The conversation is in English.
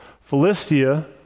Philistia